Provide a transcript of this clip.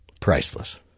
Priceless